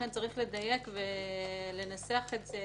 צריך לדייק ולנסח את זה